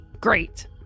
Great